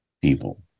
people